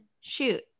shoot